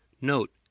NOTE